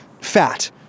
Fat